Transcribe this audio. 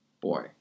Boy